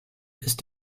ist